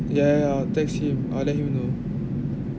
yeah yeah I'll text him